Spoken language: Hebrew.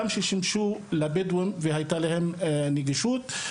גם ששימשו לבדואים והייתה להם נגישות.